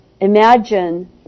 imagine